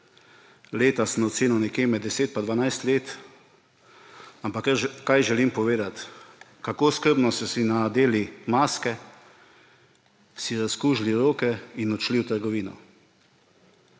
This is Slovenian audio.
leta sem ocenil nekje med 10 in 12 let, ampak kaj želim povedati – kako skrbno so si nadeli maske, si razkužili roke in odšli v trgovino.